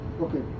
Okay